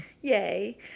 yay